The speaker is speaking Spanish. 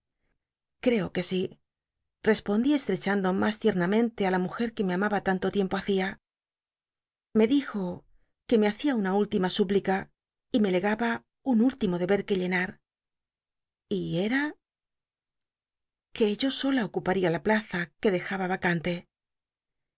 creo que sí respondí estrechando mas tiernamente á la mujer que me amaba lanto tiempo hacia me dijo que me hacia una última súplica y me legaba un último deber que llenar y era que yo sola ocuparia la plaza quedejaba vacante